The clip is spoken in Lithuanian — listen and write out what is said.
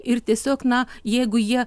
ir tiesiog na jeigu jie